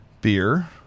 beer